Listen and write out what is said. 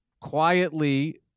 quietly